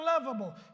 unlovable